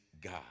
God